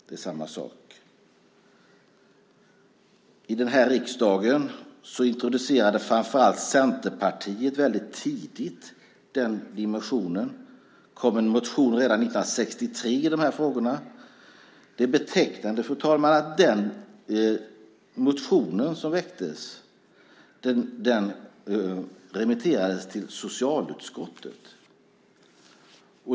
Det är samma sak. I riksdagen introducerade framför allt Centerpartiet väldigt tidigt den dimensionen. Det väcktes en motion redan 1963 i de här frågorna. Det är betecknande, fru talman, att den motionen remitterades till socialutskottet.